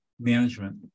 management